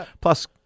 Plus